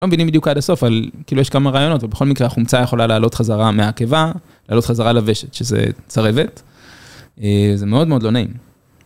לא מבינים בדיוק עד הסוף, אבל כאילו, יש כמה רעיונות, ובכל מקרה, החומצה יכולה לעלות חזרה מהקיבה, לעלות חזרה לוושת, שזה צרבת. זה מאוד מאוד לא נעים.